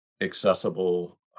accessible